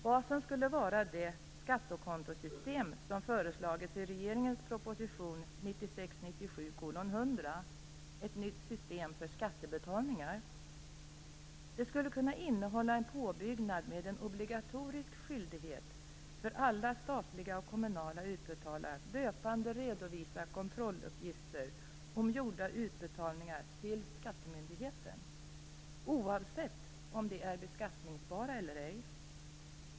Basen skulle vara det skattekontosystem som föreslagits i regeringens proposition Det skulle kunna innehålla en påbyggnad med en obligatorisk skyldighet för alla statliga och kommunala utbetalare att löpande redovisa kontrolluppgifter om gjorda utbetalningar till skattemyndigheten, oavsett om de är beskattningsbara eller ej.